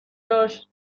داشت